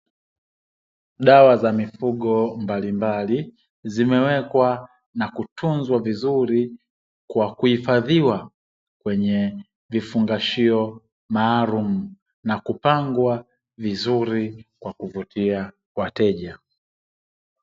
Dawa za mifugo mbalimbali zimewekwa na kutunzwa vizuri kwa kuhifadhiwa kwenye vifungashio maalumu na kupangwa vizuri kwa kuvutia wateja.